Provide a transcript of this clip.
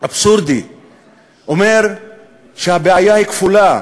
אבסורדי אומר שהבעיה היא כפולה: